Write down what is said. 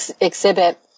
exhibit